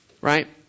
Right